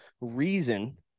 reason